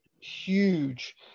huge